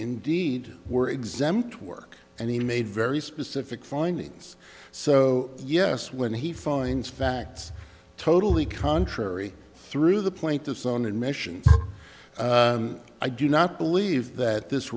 indeed were exempt work and he made very specific findings so yes when he finds facts totally contrary through the point of sun and mission i do not believe that this